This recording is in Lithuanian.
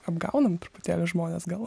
apgaunam truputėlį žmones gal